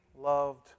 loved